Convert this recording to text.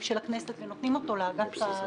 של הכנסת ונותנים אותו לאגף התקציבים.